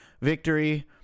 victory